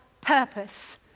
purpose